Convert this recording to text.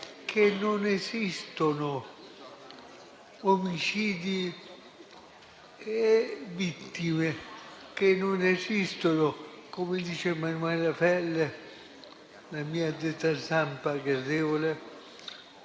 che non esistono omicidi e vittime, che non esistono - come dice Emanuela Felle, la mia addetta stampa -